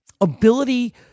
ability